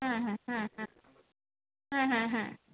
হুম হুম হুম হুম হুম হুম হুম